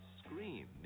scream